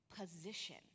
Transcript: Position